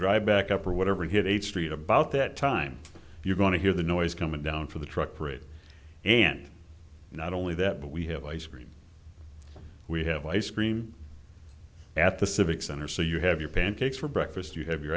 drive back up or whatever hit eighth street about that time you're going to hear the noise coming down for the truck parade and not only that but we have ice cream we have ice cream at the civic center so you have your pancakes for breakfast you have your